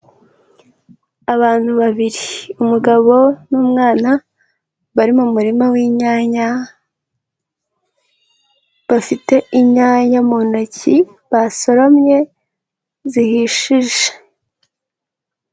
Abantu babiri umugabo n'umwana, bari mu murima w'inyanya, bafite inyanya mu ntoki basoromye zihishije.